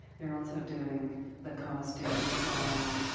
you're also doing the costume design,